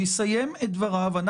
התעליתם על עצמכם,